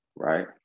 Right